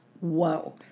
whoa